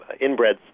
inbred